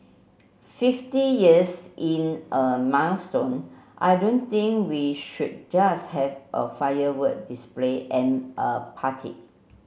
fifty years in a milestone I don't think we should just have a firework display and a party